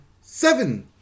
Seven